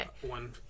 one